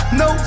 no